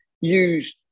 use